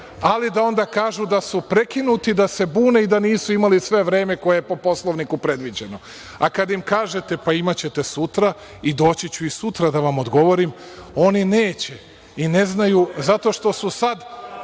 ali da onda kažu da su prekinuti, da se bune i da nisu imali sve vreme koje je po Poslovniku predviđeno. A kad im kažete – pa, imaćete sutra i doći ću i sutra da vam odgovorim, oni neće i ne znaju, zato što su sad